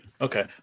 okay